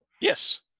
yes